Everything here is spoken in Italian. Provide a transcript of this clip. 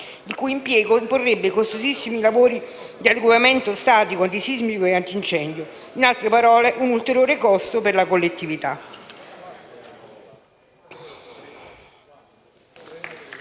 il cui impiego imporrebbe costosissimi lavori di adeguamento statico, antisismico e antincendio. In altre parole, un ulteriore costo per la collettività.